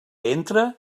entra